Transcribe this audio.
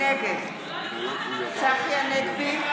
נגד צחי הנגבי,